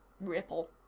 Ripple